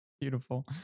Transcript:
Beautiful